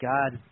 God